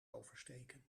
oversteken